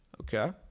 Okay